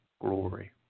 glory